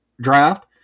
draft